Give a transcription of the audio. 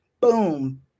Boom